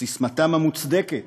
שססמתם המוצדקת